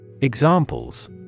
Examples